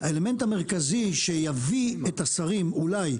האלמנט המרכזי שיביא את השרים אולי,